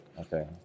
Okay